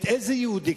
איזה יהודי?